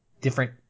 different